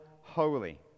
holy